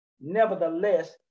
Nevertheless